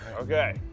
Okay